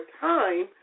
time